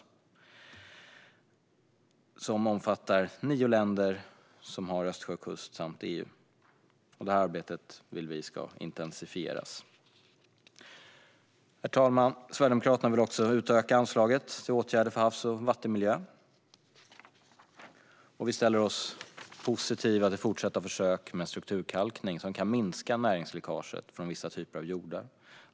Detta samarbete omfattar nio länder som har Östersjökust samt EU, och vi vill att arbetet intensifieras. Sverigedemokraterna vill utöka anslaget till åtgärder för havs och vattenmiljö. Vi ställer oss positiva till fortsatta försök med strukturkalkning, vilket kan minska näringsläckaget från vissa typer av jordar.